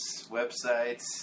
websites